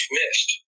missed